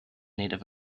native